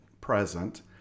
present